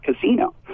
casino